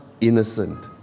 innocent